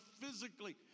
physically